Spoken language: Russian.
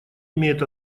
имеет